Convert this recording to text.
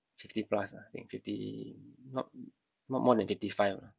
fifty plus lah I think fifty not not more than fifty five lah